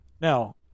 Now